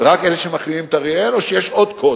רק את אלה שמחרימים את אריאל או שיש עוד קוד?